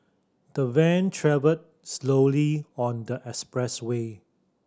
the van travelled slowly on the expressway